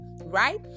right